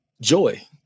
joy